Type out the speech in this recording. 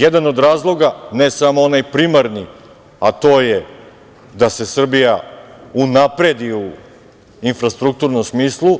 Jedan od razloga, ne samo onaj primarni, a to je da se Srbija unapredi u infrastrukturnom smislu,